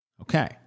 okay